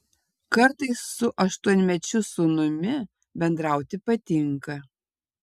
kartais su aštuonmečiu sūnumi bendrauti patinka